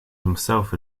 himself